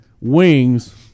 wings